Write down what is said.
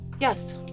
Yes